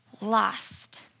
lost